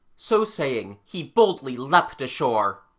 so saying, he boldly leapt ashore,